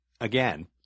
again